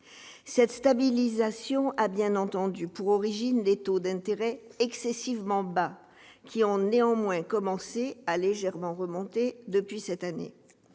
Cette stabilisation a pour origine des taux d'intérêt extrêmement bas, qui ont néanmoins commencé à légèrement remonter cette année.